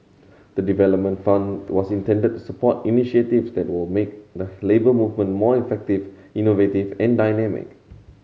the development fund was intended to support initiatives that will make the Labour Movement more effective innovative and dynamic